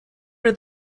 read